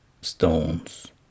stones